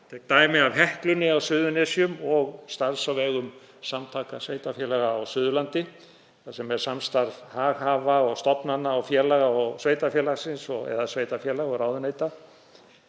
Ég tek dæmi af Heklunni á Suðurnesjum og starfs á vegum Samtaka sveitarfélaga á Suðurlandi þar sem er samstarf haghafa og stofnana og félaga og sveitarfélagsins eða sveitarfélaga og ráðuneyta.